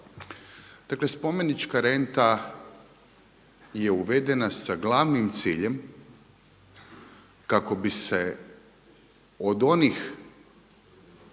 Dakle, spomenička renta je uvedena sa glavnim ciljem kako bi se od onih